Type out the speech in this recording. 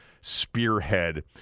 spearhead